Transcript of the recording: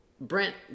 Brent